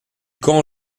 camp